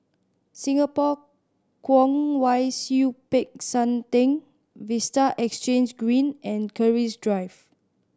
Singapore Kwong Wai Siew Peck San Theng Vista Exhange Green and Keris Drive